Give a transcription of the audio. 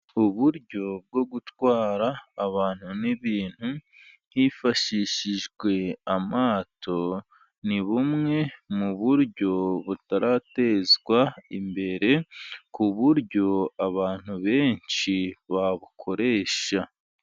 Uburyo bwo gutwara abantu n'ibintu, hifashishijwe amato, ni bumwe mu buryo butaratezwa imbere, ku buryo abantu benshi babukoresha.